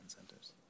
incentives